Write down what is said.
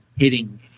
hitting